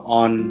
on